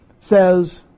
says